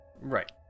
right